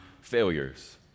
failures